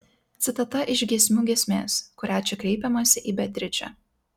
citata iš giesmių giesmės kuria čia kreipiamasi į beatričę